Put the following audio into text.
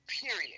period